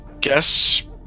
guess